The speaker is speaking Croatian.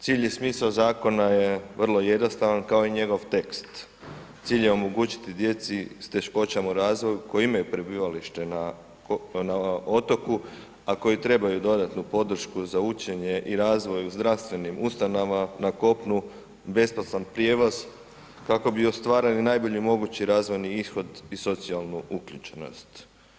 Cilj i smisao zakona je vrlo jednostavan, kao i njegov tekst, cilj je omogućiti djeci s teškoćama u razvoju koji imaju prebivalište na otoku, a koji trebaju dodatnu podršku za učenje i razvoj u zdravstvenim ustanovama na kopnu, besplatan prijevoz, kako bi ostvarili najbolji mogući razvojni ishod i socijalnu uključenost.